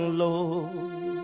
lord